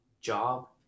job